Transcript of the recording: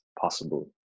possible